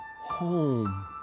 home